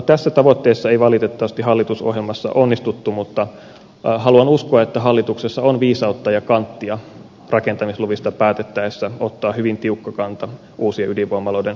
tässä tavoitteessa ei valitettavasti hallitusohjelmassa onnistuttu mutta haluan uskoa että hallituksessa on viisautta ja kanttia rakentamisluvista päätettäessä ottaa hyvin tiukka kanta uusien ydinvoimaloiden turvallisuusehtojen suhteen